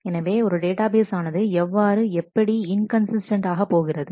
எனவே ஒரு database ஆனது எவ்வாறு எப்படி இன்கன்சிஸ்டன்ட் ஆக போகிறது